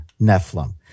Nephilim